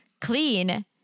clean